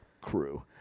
crew